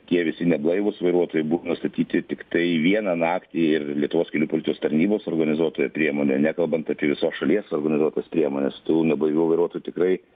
tie visi neblaivūs vairuotojai buvo nustatyti tiktai vieną naktį ir lietuvos kelių policijos tarnybos organizuotoje priemonėje nekalbant apie visos šalies organizuotas priemones tų neblaivių vairuotojų tikrai